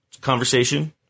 conversation